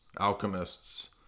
alchemists